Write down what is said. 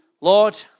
lord